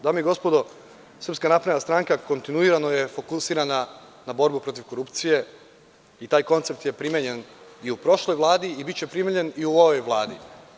Dame i gospodo, SNS je kontinuirano fokusirana na borbu protiv korupcije i taj koncept je primenjen i u prošloj Vladi i biće primenjen i u ovoj Vladi.